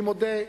אני מודה,